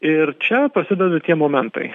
ir čia pasidavė tie momentai